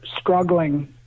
struggling